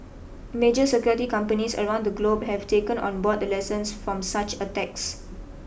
major security companies around the globe have taken on board the lessons from such attacks